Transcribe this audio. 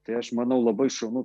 tai aš manau labai šaunu